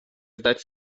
zdać